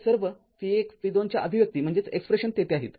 तर सर्व v१v२ च्या अभिव्यक्ती तेथे आहेत